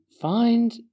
find